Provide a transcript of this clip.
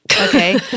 okay